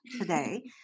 today